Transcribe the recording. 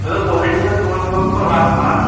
مےٚ دوٚپ پہٲڑی ما چھِ تِمَن چھُ روزان پَتہٕ وَتھ بَنٛد